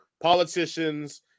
politicians